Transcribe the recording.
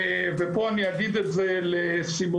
ופה אני אגיד את זה לסימונה.